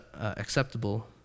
acceptable